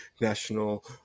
national